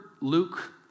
Luke